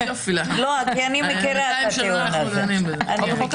אני מכירה את הטיעון הזה.